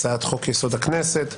הצעת חוק יסוד: הכנסת,